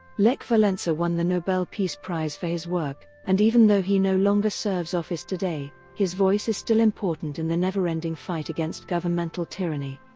lech walesa won the nobel peace prize for his work, and even though he no longer serves office today, his voice is still important in the never-ending fight against governmental tyranny.